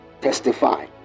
Testify